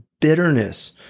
bitterness